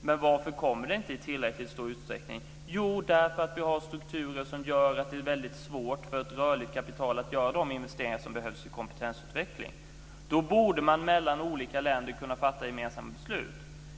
men varför kommer det inte i tillräckligt stor utsträckning? Jo, därför att vi har strukturer som gör att det är väldigt svårt för ett rörligt kapital att göra de investeringar i kompetensutveckling som behövs. Då borde olika länder kunna fatta gemensamma beslut.